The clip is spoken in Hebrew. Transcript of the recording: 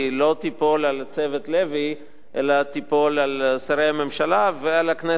לא תיפול על צוות לוי אלא תיפול על שרי הממשלה ועל הכנסת,